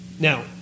Now